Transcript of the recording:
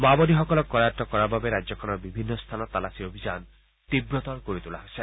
মাওবাদীসকলক কৰায়ত্ত কৰাৰ বাবে ৰাজ্যখনৰ বিভিন্ন স্থানত তালাচী অভিযান তীৱতৰ কৰি তোলা হৈছে